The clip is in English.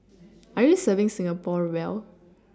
are you serving Singapore well